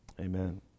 Amen